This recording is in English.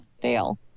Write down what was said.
Dale